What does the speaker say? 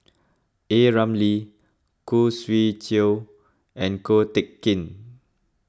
A Ramli Khoo Swee Chiow and Ko Teck Kin